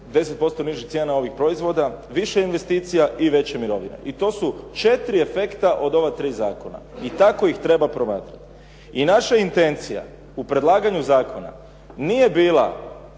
10% nižih cijena ovih proizvoda, više investicija i veće mirovine. I to su četiri efekta od ova tri zakona i tako ih treba promatrati. I naša intencija u predlaganju zakona nije bila